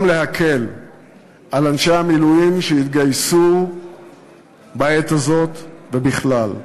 להקל על אנשי המילואים שהתגייסו בעת הזאת ובכלל.